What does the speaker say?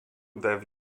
deve